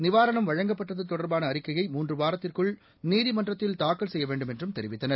நிவாரணம் வழங்கப்பட்டத்தொடர்பானஅறிக்கையை மூன்றுவாரத்திற்குள் நீதிமன்றத்தில் தாக்கல் செய்யவேண்டுமென்றும் தெரிவித்தனர்